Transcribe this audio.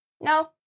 no